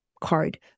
card